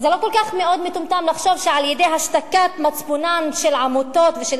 כל כך מאוד מטומטם לחשוב שעל-ידי השתקת מצפונם של עמותות ושל